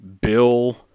Bill